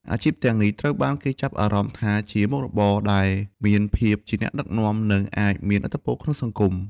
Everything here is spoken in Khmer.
អាជីពទាំងអស់នេះត្រូវបានគេចាប់អារម្មណ៍ថាជាមុខរបរដែលមានភាពជាអ្នកដឹកនាំ និងអាចមានឥទ្ធិពលក្នុងសង្គម។